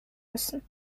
müssen